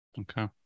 Okay